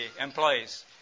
employees